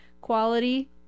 quality